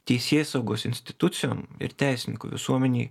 teisėsaugos institucijų ir teisininkų visuomenėj